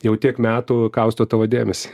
jau tiek metų kausto tavo dėmesį